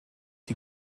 die